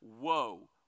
whoa